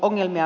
ongelmia